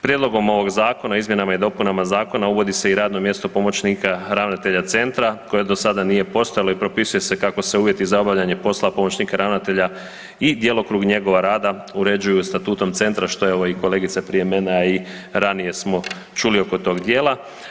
Prijedlogom ovog Zakona i izmjenama i dopunama Zakona uvodi se i radno mjesto pomoćnika ravnatelja Centra koje do sada nije postojalo i propisuju se kako se uvjeti za obavljanje poslova pomoćnika ravnatelja i djelokrug njegova rada uređuju Statutom Centra, što je evo, i kolegica prije mene, a i ranije smo čuli oko tog dijela.